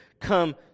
come